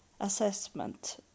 assessment